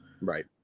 Right